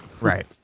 Right